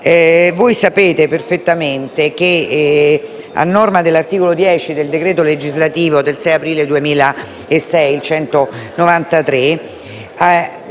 Voi sapete perfettamente che, a norma dell'articolo 10 del decreto legislativo del 6 aprile 2006, n. 193,